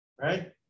Right